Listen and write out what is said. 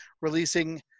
releasing